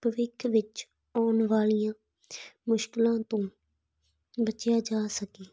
ਭਵਿੱਖ ਵਿੱਚ ਆਉਣ ਵਾਲੀਆਂ ਮੁਸ਼ਕਿਲਾਂ ਤੋਂ ਬਚਿਆ ਜਾ ਸਕੇ